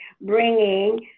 bringing